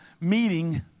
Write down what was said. meeting